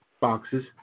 boxes